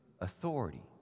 authority